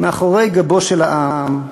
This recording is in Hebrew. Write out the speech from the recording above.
מאחורי גבו של העם,